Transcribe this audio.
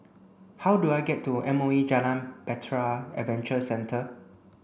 how do I get to M O E Jalan Bahtera Adventure Centre